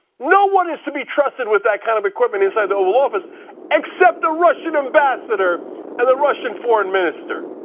no one is to be trusted with that kind of equipment inside the oval office except the ah russian ambassador and the russian foreign minister?